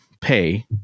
pay